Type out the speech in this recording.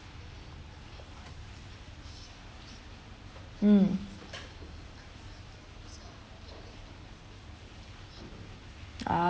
mm uh